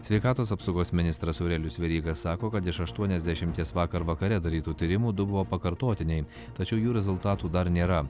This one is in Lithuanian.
sveikatos apsaugos ministras aurelijus veryga sako kad iš aštuoniasdešimties vakar vakare darytų tyrimų du buvo pakartotiniai tačiau jų rezultatų dar nėra